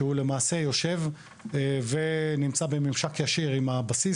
שהוא למעשה יושב ונמצא בממשק ישיר עם הבסיס,